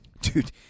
dude